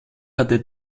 hatte